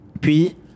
Puis